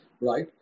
Right